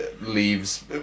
leaves